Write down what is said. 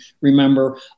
remember